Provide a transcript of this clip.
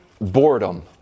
boredom